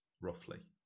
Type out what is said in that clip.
roughly